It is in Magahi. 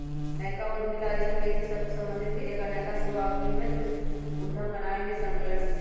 नयका उद्यमिता अइसन्न व्यक्ति सभसे सम्बंधित हइ के नयका सह स्वामित्व उद्यम बनाबे में संलग्न हइ